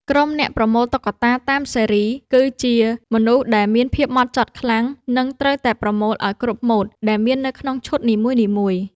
ក្រុមអ្នកប្រមូលតុក្កតាតាមស៊េរី គឺជាមនុស្សដែលមានភាពហ្មត់ចត់ខ្លាំង និងត្រូវតែប្រមូលឱ្យគ្រប់ម៉ូដដែលមាននៅក្នុងឈុតនីមួយៗ។